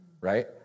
right